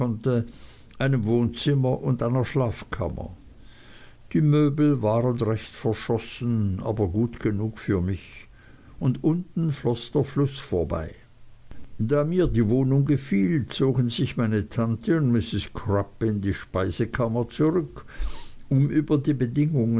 einem wohnzimmer und einer schlafkammer die möbel waren recht verschossen aber gut genug für mich und unten floß der fluß vorbei da mir die wohnung gefiel zogen sich meine tante und mrs crupp in die speisekammer zurück um über die bedingungen